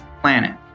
planet